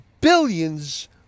billions